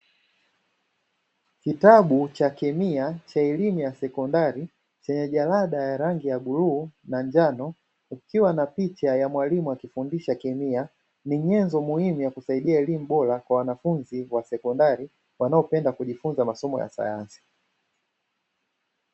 Kitabu cha kemia cha elimu ya sekondari, chenye jalada ya rangi ya bluu na njano kikiwa na picha ya mwalimu akifundisha kemia. Ni nyenzo muhimu ya kusaidia elimu bora kwa wanafunzi wa sekondari wanaopenda kujifunza masomo ya sayansi.